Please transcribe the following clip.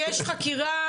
יש חקירה,